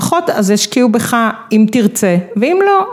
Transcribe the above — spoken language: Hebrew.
אז ישקיעו בך אם תרצה ואם לא